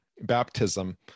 baptism